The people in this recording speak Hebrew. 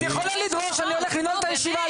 את יכולה לדרוש, אני הולך לנעול את הישיבה.